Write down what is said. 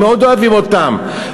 אנחנו מאוד אוהבים אותם,